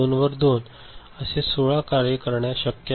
असे 16 कार्य करणे शक्य आहे